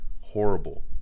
Horrible